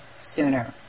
sooner